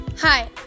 Hi